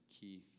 Keith